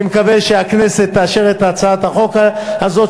אני מקווה שהכנסת תאשר את הצעת החוק הזאת,